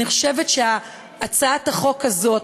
אני חושבת שהצעת החוק הזאת,